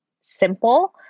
simple